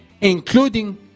including